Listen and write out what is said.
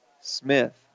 Smith